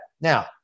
Now